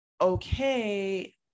okay